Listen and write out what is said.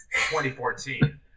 2014